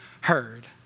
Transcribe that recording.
heard